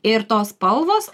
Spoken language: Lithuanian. ir tos spalvos